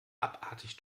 abartig